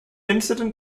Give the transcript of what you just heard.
incident